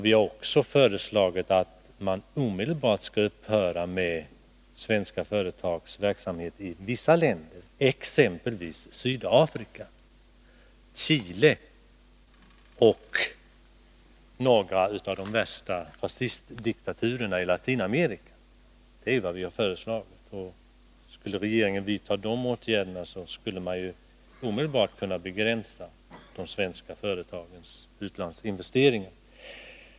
Vi har också föreslagit att svenska företags investeringar i vissa länder omedelbart skall upphöra, exempelvis i Sydafrika, Chile och några av de värsta fascistdiktaturerna i Latinamerika. Skulle regeringen vidta sådana åtgärder, kunde man omedelbart begränsa de svenska företagens utlandsinvesteringar.